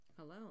Hello